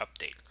update